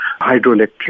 hydroelectric